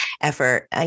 effort